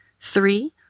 Three